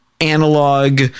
analog